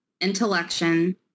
Intellection